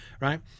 right